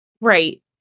Right